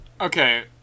Okay